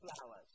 flowers